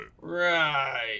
Right